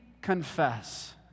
confess